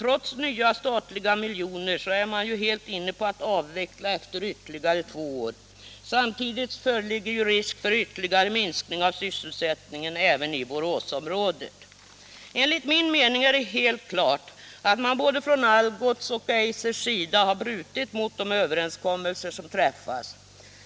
Trots nya statliga miljoner är man helt inne på att avveckla efter ytterligare två år. Samtidigt föreligger risk för ytterligare minskning av sysselsättningen även i Boråsområdet. Enligt min mening är det helt klart att man både från Algots och från Eisers sida brutit mot de överenskommelser som träffats.